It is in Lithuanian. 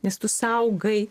nes tu saugai